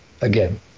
again